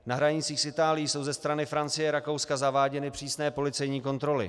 Na hranicích s Itálií jsou ze strany Francie, Rakouska zaváděny přísné policejní kontroly.